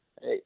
Hey